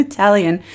Italian